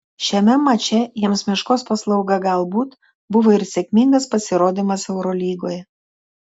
šiame mače jiems meškos paslauga galbūt buvo ir sėkmingas pasirodymas eurolygoje